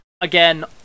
Again